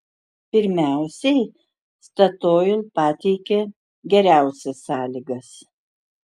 pirmiausiai statoil pateikė geriausias sąlygas